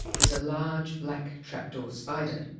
is a large black trapdoor spider.